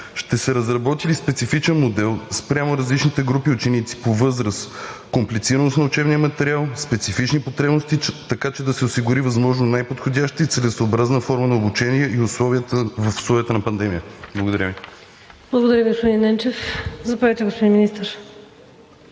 Ще се разработи ли специфичен модел спрямо различните групи ученици по възраст, комплицираност на учебния материал, специфични потребности, така че да се осигури възможно най-подходяща и целесъобразна форма на обучение в условията на пандемия? Благодаря Ви. ПРЕДСЕДАТЕЛ ВИКТОРИЯ ВАСИЛЕВА: Благодаря Ви, господин Ненчев.